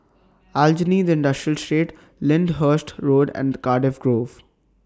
Aljunied Industrial Lyndhurst Road and The Cardiff Grove